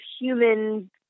human